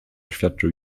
oświadczył